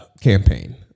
Campaign